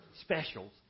specials